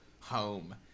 home